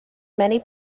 many